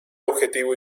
objetivo